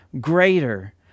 greater